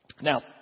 Now